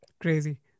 Crazy